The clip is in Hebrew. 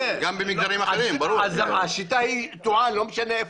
אז השיטה שגויה, לא משנה איפה.